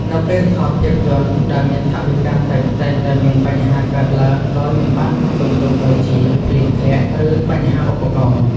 នៅពេលថតភាពយន្តដែលមានថវិកាតិចតែងតែមានបញ្ហាកើតឡើងដោយមិនបានរំពឹងទុកដូចជាភ្លៀងធ្លាក់ ឬបញ្ហាឧបករណ៍។